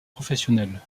professionnel